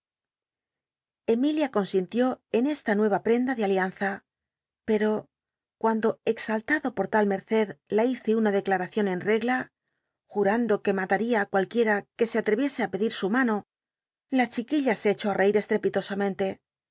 emilia consintió en esta nue a prenda de alianza pero cuando exaltado por tal merced la hice una declatacion en regla jurando que mataría á cualquiera que se alrcriese á pedir su mano la chiquilla se echó á reir esltepilosamente